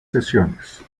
sesiones